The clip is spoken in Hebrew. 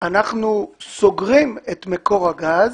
אנחנו סוגרים את מקור הגז,